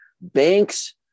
banks